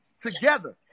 together